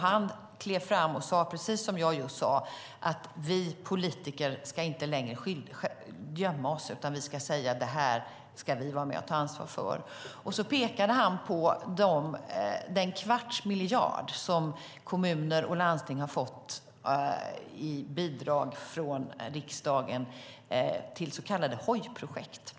Han klev fram och sade, precis som jag sade, att vi politiker inte längre ska gömma oss utan säga att vi ska vara med och ta ansvar för det här. Han pekade på den kvarts miljard som kommuner och landsting har fått i bidrag från riksdagen till så kallade HÅJ-projekt.